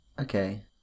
Okay